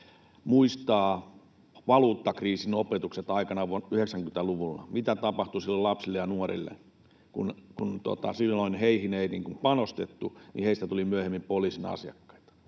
muistaa valuuttakriisin opetukset aikanaan 90-luvulla. Mitä tapahtui silloin lapsille ja nuorille, kun silloin heihin ei panostettu? Heistä tuli myöhemmin poliisin asiakkaita.